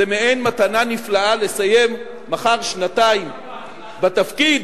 זה מעין מתנה נפלאה לסיים מחר שנתיים בתפקיד